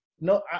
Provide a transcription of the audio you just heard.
no